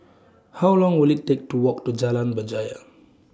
How Long Will IT Take to Walk to Jalan Berjaya